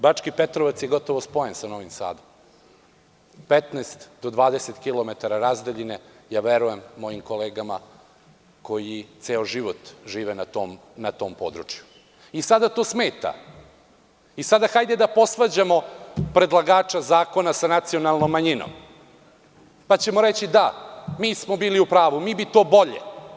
Bački Petrovac je gotovo spojen sa Novim Sadom, 15 do 20 km razdaljine je, verujem mojim kolegama koji ceo život žive na tom području, i sada to smeta i sada hajde da posvađamo predlagača zakona sa nacionalnom manjinom, pa ćemo reći – da, mi smo bili u pravu, mi bi to bolje.